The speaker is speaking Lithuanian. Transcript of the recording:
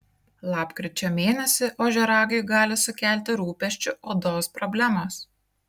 lapkričio mėnesį ožiaragiui gali sukelti rūpesčių odos problemos